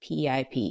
PIP